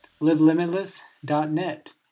LiveLimitless.net